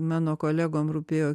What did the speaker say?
mano kolegom rūpėjo